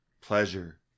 pleasure